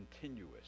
continuous